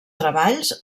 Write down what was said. treballs